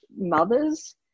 mothers